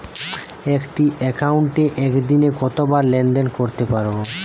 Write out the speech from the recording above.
একটি একাউন্টে একদিনে কতবার লেনদেন করতে পারব?